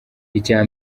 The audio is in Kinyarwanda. icya